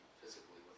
physically